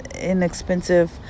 inexpensive